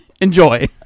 Enjoy